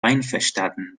einverstanden